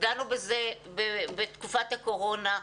דנו בזה בתקופת הקורונה.